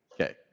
Okay